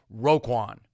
Roquan